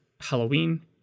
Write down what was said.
Halloween